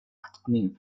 aktning